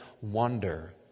wonder